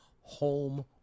home